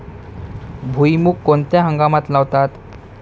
भुईमूग कोणत्या हंगामात लावतात?